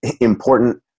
important